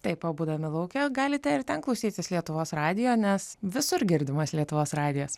taip o būdami lauke galite ir ten klausytis lietuvos radijo nes visur girdimas lietuvos radijas